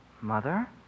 Mother